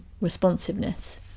responsiveness